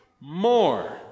More